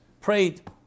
Prayed